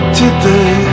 today